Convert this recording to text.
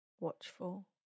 watchful